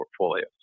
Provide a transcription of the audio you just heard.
portfolio